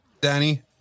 Danny